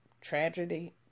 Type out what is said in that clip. tragedy